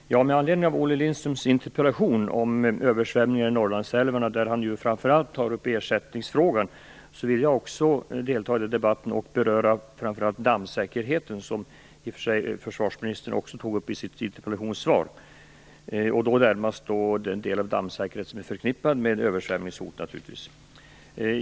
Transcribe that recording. Fru talman! Med anledning av Olle Lindströms interpellation om översvämningar i Norrlandsälvarna, där han framför allt tar upp ersättningsfrågan, vill också jag delta i debatten och framför allt beröra dammsäkerheten, som försvarsministern i och för sig också tog upp i sitt interpellationssvar. Det gäller då närmast den del av dammsäkerheten som är förknippad med översvämningshot naturligtvis.